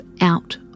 out